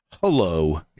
Hello